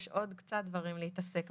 יש פה קצת בעיה.